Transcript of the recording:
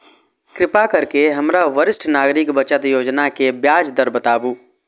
कृपा करके हमरा वरिष्ठ नागरिक बचत योजना के ब्याज दर बताबू